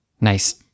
nice